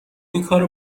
اینکارو